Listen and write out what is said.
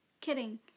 kidding